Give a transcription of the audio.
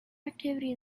activity